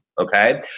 okay